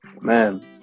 Man